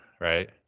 right